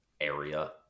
area